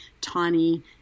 tiny